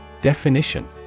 Definition